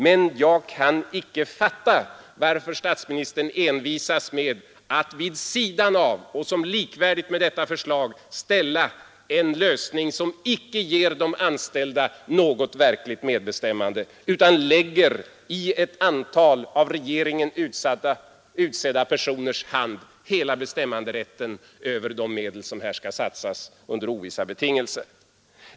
Men jag kan inte fatta varför statsministern envisas med att vid sidan av och som likvärdigt med dessa förslag ställa en lösning som icke ger de anställda något verkligt medbestämmande utan lägger i ett antal av regeringen utsedda personers hand hela bestämmanderätten över de medel som här skall satsas under ovissa betingelser.